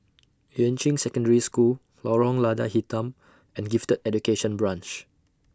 Yuan Ching Secondary School Lorong Lada Hitam and Gifted Education Branch